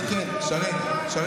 זה אתה?